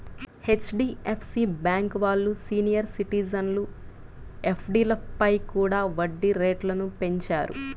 HDFC bank వాళ్ళు senior సిటిజన్ల ఎఫ్డీలపై కూడా వడ్డీ రేట్లను పెంచారు